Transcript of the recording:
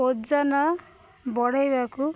ଓଜନ ବଢ଼େଇବାକୁ